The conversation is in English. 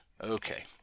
okay